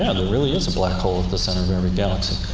and there really is a black hole at the center of every galaxy.